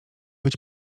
być